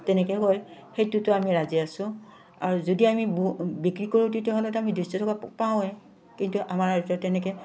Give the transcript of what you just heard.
তেনেকেও হয় সেইটোতো আমি ৰাজি আছোঁ আৰু যদি আমি বো বিক্ৰী কৰোঁ তেতিয়াহ'লে আমি দুইশ টকা পাওঁৱেই কিন্তু আমাৰ এতিয়া তেনেকৈ